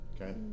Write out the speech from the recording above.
Okay